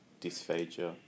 dysphagia